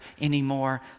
anymore